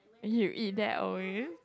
you eat that always